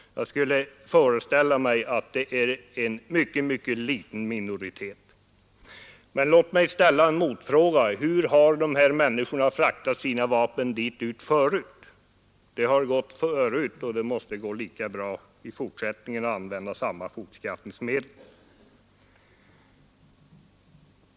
Jag föreställer mig att det är en mycket, mycket liten minoritet. Men låt mig ställa en motfråga: Hur har de här människorna fraktat sina vapen ut förut? Det har gått bra då och det måste gå lika bra i fortsättningen att använda samma fortskaffningsmedel.